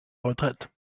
retraite